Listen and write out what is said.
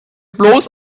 bloß